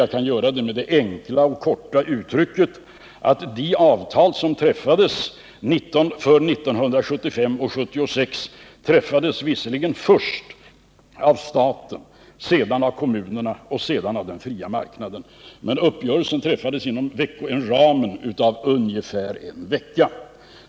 Jag kan nu göra det genom att enkelt och kort säga, att de löneavtal som träffades för åren 1975 och 1976 visserligen först träffades av staten, sedan av kommunerna och sist av den fria marknaden, men uppgörelserna träffades inom ramen av ungefär en vecka.